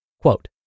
Quote